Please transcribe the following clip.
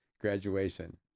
graduation